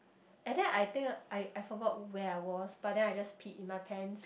and then I think I I forgot where I was but then I just peed in my pants